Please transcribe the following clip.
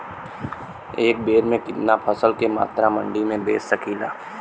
एक बेर में कितना फसल के मात्रा मंडी में बेच सकीला?